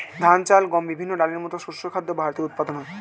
ধান, চাল, গম, বিভিন্ন ডালের মতো শস্য খাদ্য ভারতে উৎপাদন হয়